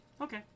Okay